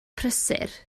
prysur